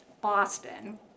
Boston